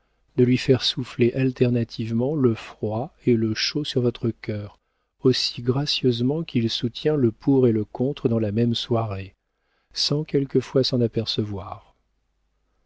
de lui faire souffler alternativement le froid et le chaud sur votre cœur aussi gracieusement qu'il soutient le pour et le contre dans la même soirée sans quelquefois s'en apercevoir